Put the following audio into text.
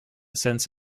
sense